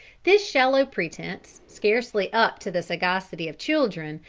this shallow pretense, scarcely up to the sagacity of children,